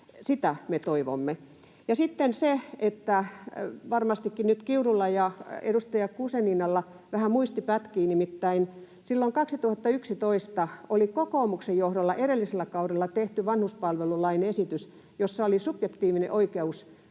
Sitä me toivomme. Sitten se, että varmastikin nyt Kiurulla ja edustaja Guzeninalla vähän muisti pätkii. Nimittäin silloin 2011 oli kokoomuksen johdolla edellisellä kaudella tehty vanhuspalvelulain esitys, jossa oli subjektiivinen oikeus,